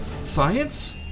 Science